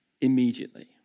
Immediately